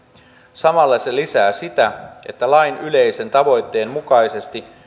samalla se lisää sitä että lain yleisen tavoitteen mukaisesti